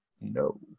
no